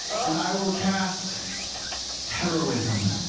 and i will cast heroism